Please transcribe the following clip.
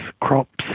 crops